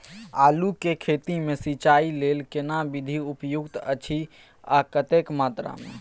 आलू के खेती मे सिंचाई लेल केना विधी उपयुक्त अछि आ कतेक मात्रा मे?